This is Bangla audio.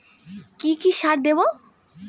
কি কি সার দেবো?